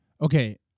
Okay